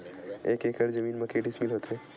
एक एकड़ जमीन मा के डिसमिल होथे?